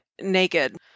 naked